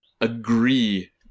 agree